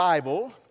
Bible